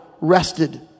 rested